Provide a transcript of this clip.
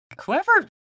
whoever